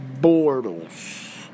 Bortles